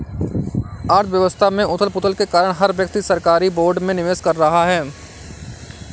अर्थव्यवस्था में उथल पुथल के कारण हर व्यक्ति सरकारी बोर्ड में निवेश कर रहा है